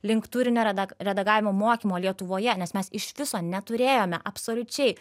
link turinio redag redagavimo mokymo lietuvoje nes mes iš viso neturėjome absoliučiai